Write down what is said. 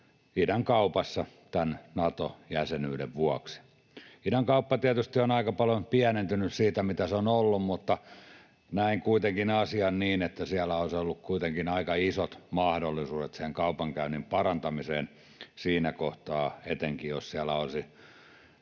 idänkaupassa tämän Nato-jäsenyyden vuoksi. Idänkauppa tietysti on aika paljon pienentynyt siitä, mitä se on ollut, mutta näen kuitenkin asian niin, että siellä olisi ollut kuitenkin aika isot mahdollisuudet kaupankäynnin parantamiseen siinä kohtaa etenkin, jos siellä olisi